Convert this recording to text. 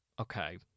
okay